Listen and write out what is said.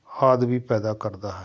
ਆਦਿ ਵੀ ਪੈਦਾ ਕਰਦਾ ਹੈ